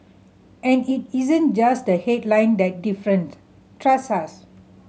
and it isn't just the headline that different trust us